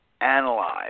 analyze